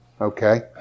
Okay